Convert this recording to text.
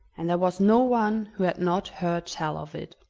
and there was no one who had not heard tell of it.